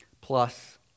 plus